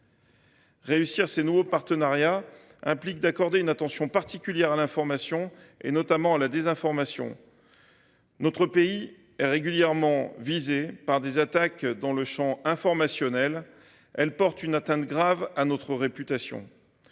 Réussir ces nouveaux partenariats implique d’accorder une attention particulière à l’information, notamment à la désinformation. Notre pays est régulièrement visé par des attaques de désinformation, qui portent une atteinte grave à notre réputation.